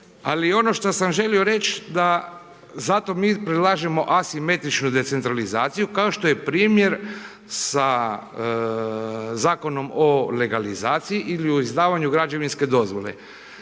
ali ono što sam želio reć da zato mi predlažemo asimetričnu decentralizaciju kao što je primjer sa Zakonom o legalizaciji i o izdavanju građevinske dozvole.